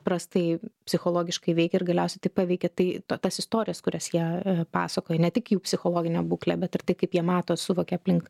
prastai psichologiškai veikia ir galiausiai tai paveikia tai tas istorijas kurias jie pasakoja ne tik jų psichologinę būklę bet ir tai kaip jie mato suvokia aplink